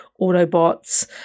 Autobots